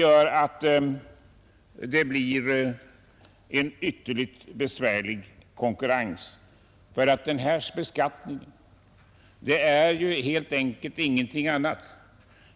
Konkurrensläget blir ytterst besvärligt, eftersom denna beskattning genom arbetsgivaravgiften